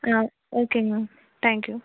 ஆ ஓகேங்க ma'am thank you